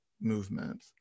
movement